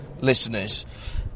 listeners